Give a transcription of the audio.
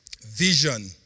vision